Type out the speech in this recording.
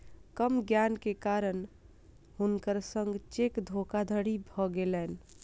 कम ज्ञान के कारण हुनकर संग चेक धोखादड़ी भ गेलैन